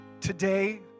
Today